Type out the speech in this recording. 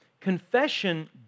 Confession